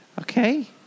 Okay